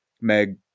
Meg